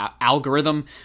algorithm